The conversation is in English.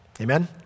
Amen